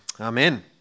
Amen